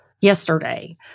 yesterday